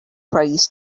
prays